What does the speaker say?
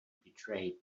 betrayed